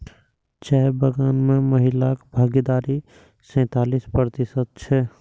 चाय बगान मे महिलाक भागीदारी सैंतालिस प्रतिशत छै